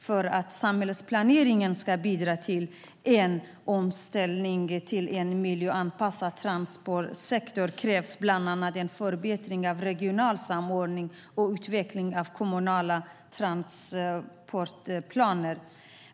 För att samhällsplaneringen ska bidra till omställning till en mer miljöanpassad transportsektor krävs bland annat en förbättrad regional samordning och utveckling av kommunala transportplaner.